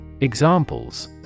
Examples